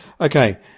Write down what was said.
Okay